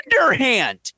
underhand